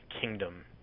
kingdom